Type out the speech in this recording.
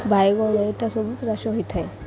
ବାଇଗଣ ଏଇଟା ସବୁ ଚାଷ ହୋଇଥାଏ